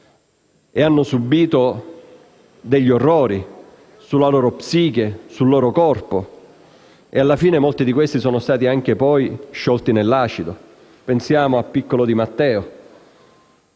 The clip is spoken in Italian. e hanno subito degli orrori sulla loro psiche e sul loro corpo. Alla fine, molti di questi sono stati anche sciolti nell'acido. Pensiamo al piccolo Di Matteo.